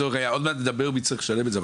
עוד מעט נשאל גם מי צריך לשלם את זה.